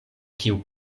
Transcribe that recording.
kiu